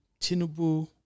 Tinubu